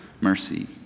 mercy